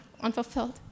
unfulfilled